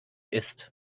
ist